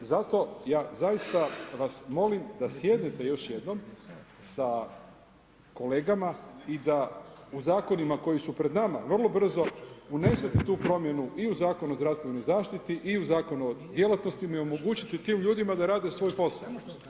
I zato, ja zaista vas molim da sjednete još jednom sa kolegama i da u zakonima koji su pred nama, vrlo brzo unesete tu promijeni i u Zakonu o zdravstvenoj zaštiti i u Zakonu o djelatnosti i omogućiti tim ljudima da rade svoj posao.